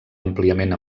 àmpliament